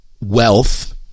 wealth